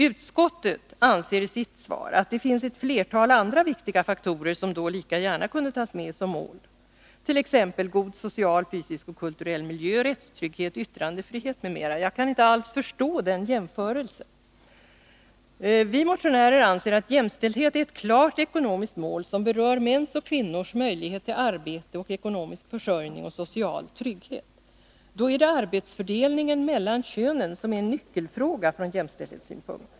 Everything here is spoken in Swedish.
Utskottet anser att det finns ett flertal andra viktiga faktorer som då lika gärna kunde tas med som mål, t.ex. god social, fysisk och kulturell miljö, rättstrygghet, yttrandefrihet. Jag kan inte alls förstå den jämförelsen. Vi motionärer anser att jämställdhet är ett klart ekonomiskt mål som berör mäns och kvinnors möjlighet till arbete och ekonomisk försörjning och social trygghet. Då är det arbetsfördelningen mellan könen som är en nyckelfråga från jämställdhetssynpunkt.